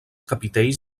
capitells